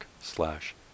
slash